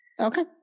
Okay